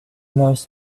most